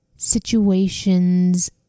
situations